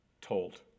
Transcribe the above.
told